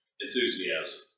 Enthusiasm